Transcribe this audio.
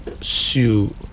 sue